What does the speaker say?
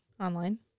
online